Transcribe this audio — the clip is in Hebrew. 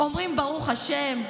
אומרים "ברוך השם",